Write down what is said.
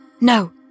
No